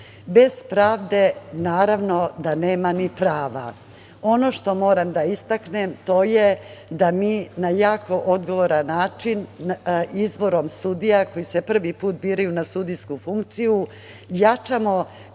Bez pravde, naravno, da nema ni prava. Moram da istaknem da mi na jako odgovoran način izborom sudija, koji se prvi put biraju na sudijsku funkciju, jačamo kapacitete